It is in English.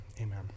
Amen